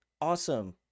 awesome